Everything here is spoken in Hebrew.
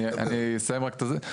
אני אסיים רק את הדברים.